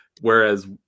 whereas